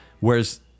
Whereas